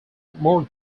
more